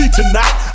tonight